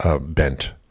bent